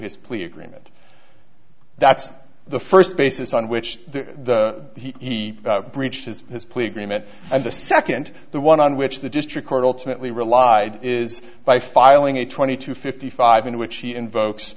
his plea agreement that's the first basis on which the breaches his plea agreement and the second the one on which the district court alternately relied is by filing a twenty two fifty five in which he invokes